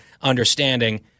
understanding